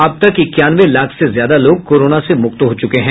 अब तक इक्यानवे लाख से ज्यादा लोग कोरोना से मुक्त हो चुके हैं